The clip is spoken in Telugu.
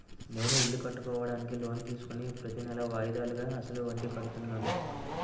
నేను ఇల్లు కట్టుకోడానికి లోన్ తీసుకుని ప్రతీనెలా వాయిదాలుగా అసలు వడ్డీ కడుతున్నాను